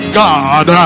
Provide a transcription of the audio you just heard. god